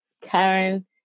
Karen